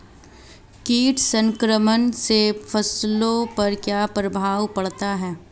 कीट संक्रमण से फसलों पर क्या प्रभाव पड़ता है?